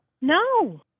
No